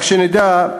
רק שנדע,